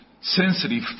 sensitive